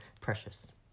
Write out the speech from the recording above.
Precious